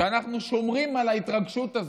שאנחנו שומרים על ההתרגשות הזאת,